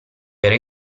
era